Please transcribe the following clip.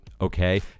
okay